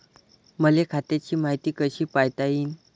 मले खात्याची मायती कशी पायता येईन?